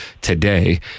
today